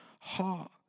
heart